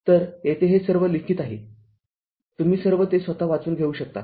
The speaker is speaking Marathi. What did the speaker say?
तरयेथे हे सर्व लिखित आहेतुम्ही सर्व ते स्वतः वाचून घेऊ शकता